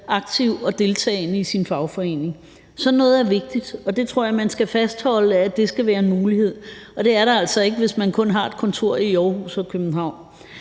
aktiv og deltagende i sin fagforening. Sådan noget er vigtigt, og det tror jeg man skal fastholde skal være en mulighed, men det er det altså ikke, hvis man kun har et kontor i Aarhus og København.